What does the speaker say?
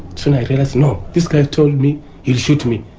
soon i realised, no, this guy told me he'll shoot me.